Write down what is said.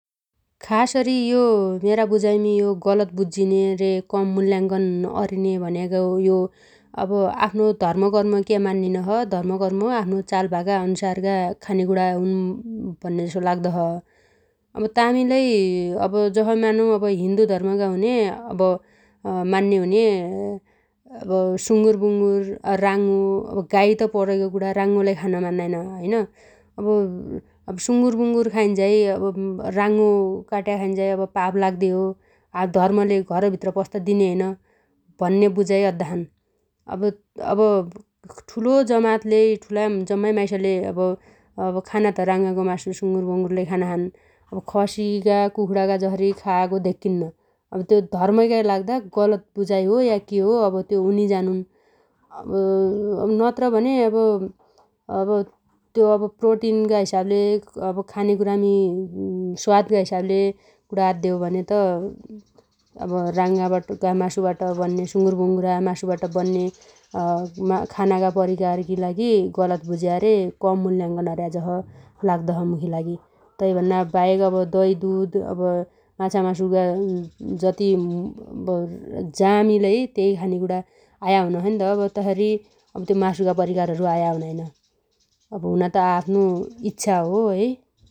खासअरी यो मेरा बुजाइमी यो गलत बुज्जीने रे कम मुल्या‌‌कन अरिने भनेगो यो अब आफ्नो धर्म कर्म क्या मान्निनो छ धर्म कर्म आफ्नो चालभाका अन्सारका खानेकुणा हुन् भन्नेजसो लाउदो छ । अब तामिलै अब जसै मानौ हिन्दु धर्मगा हुन्या अब मान्नेहुन्या अब सुगुर बुगुर राँगो अब गाइ त परैगो कुणा राँगो लै खान मान्नाइन हैन । अब सुगुर बुगुर खाइन्झाइ अब रागो काट्या खाइन्झाइ अब पाप लाग्देहो धर्मले घरभित्र पस्त दिने होइन भन्ने बुजाइ अद्दाछन् । अब ठुलो जमातले ठुला जम्माइ माइसले अब खाना त रागाको मासु सुगुर ब‌गुर लै खानाछन् । अब खसीगा कुखुणागा जसरी खायागो धेक्कीनैन । अब त्यो धर्मगा लाग्दा गलत बुजाइ हो या केहो त्यो उनी जानुन् । नत्र भने त्यो प्रोटिनगा हिसाबले अब खानेकुणामी स्वादगा हिसाबले कुणा अद्दे हो भने त अब रागागा मासुबाट बन्ने सुगुर बुगुरा मासुबाट बन्ने खानागा परिकारखी लागि गलत बुज्या रे कम मुल्या‌कन अर्याजसो लाउदो छ मुखी लागि । तैभन्ना बाहेक अब दहि दुध माछा मासुगा जति जामिलै त्यही खानेकुणा आया हुनोछैन्त । अब तसरी त्यो मासुगा परिकार आया हुनाइन । हुना त आआफ्नो इच्छा हो है ।